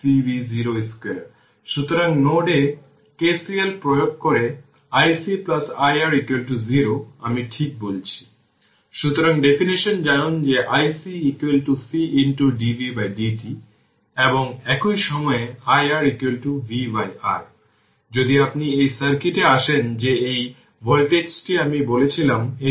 t τ হচ্ছে 03678 তখন এটি 2 τ 01353 হচ্ছে এবং তাই যখন 5 τ পর্যন্ত এটি 00067 হচ্ছে এটি 1 শতাংশের চেয়ে কম আসছে